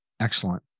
Excellent